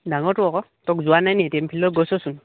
ডাঙৰটো আকৌ তই যোৱাই নাই নেকি এ টিম ফিল্ডত গৈছচোন